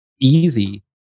easy